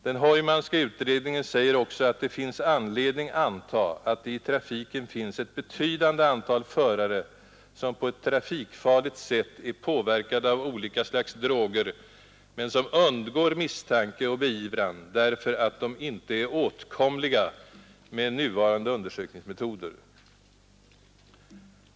Den Heumanska utredningen säger också att det finns anledning anta att det i trafiken finns ett betydande antal förare som på ett trafikfarligt sätt är påverkade av olika slags droger men som undgår misstanke och beivran därför att de inte är åtkomliga med nuvarande undersökningsmetoder.